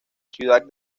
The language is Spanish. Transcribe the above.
ciudad